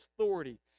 authority